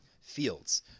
fields